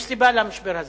יש סיבה למשבר הזה.